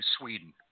Sweden